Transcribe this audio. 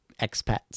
expats